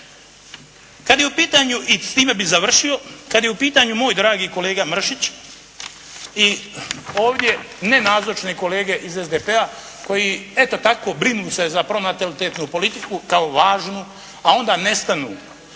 Kad je u pitanju, i s time bih završio. Kad je u pitanju moj dragi kolega Mršić i ovdje nenazočne kolege iz SDP-a koji eto tako brinu se za pronatalitetnu politiku kao važnu, a onda nestanu.